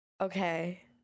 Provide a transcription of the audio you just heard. Okay